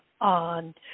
on